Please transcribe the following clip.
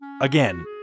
Again